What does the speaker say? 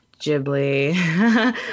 Ghibli